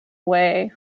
way